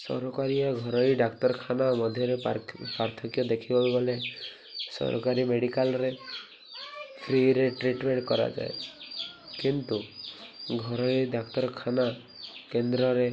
ସରକାରୀଆ ଘରୋଇ ଡାକ୍ତରଖାନା ମଧ୍ୟରେ ପାର୍ଥକ୍ୟ ଦେଖିବାକୁ ଗଲେ ସରକାରୀ ମେଡ଼ିକାଲ୍ରେ ଫ୍ରିରେ ଟ୍ରିଟମେଣ୍ଟ କରାଯାଏ କିନ୍ତୁ ଘରୋଇ ଡାକ୍ତରଖାନା କେନ୍ଦ୍ରରେ